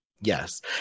Yes